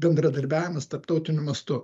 bendradarbiavimas tarptautiniu mastu